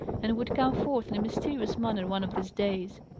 and would come forth in a mysterious manner one of these days.